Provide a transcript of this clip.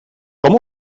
com